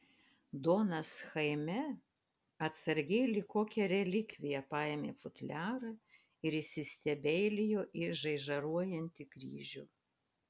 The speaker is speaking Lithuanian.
donas chaime atsargiai lyg kokią relikviją paėmė futliarą ir įsistebeilijo į žaižaruojantį kryžių